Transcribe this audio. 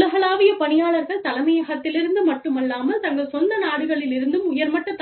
உலகளாவிய பணியாளர்கள் தலைமையகத்திலிருந்து மட்டுமல்லாமல் தங்கள் சொந்த நாடுகளிலிருந்தும் உயர்மட்ட